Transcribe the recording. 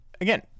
again